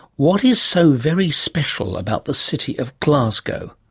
what is so very special about the city of glasgow?